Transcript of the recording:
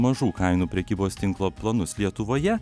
mažų kainų prekybos tinklo planus lietuvoje